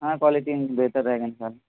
ہاں کوائلٹی بہتر رہے گا ان